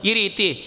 Iriti